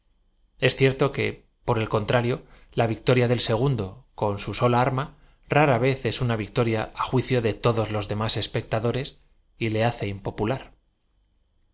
eá cierto que por el contrario la victo ria del segundo con su sola arm ra ra v e z es una victoria á juicio de todo los demás espectadores y le hace